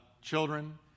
children